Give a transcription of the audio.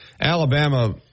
Alabama